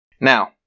Now